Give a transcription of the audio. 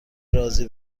رازی